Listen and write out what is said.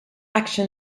action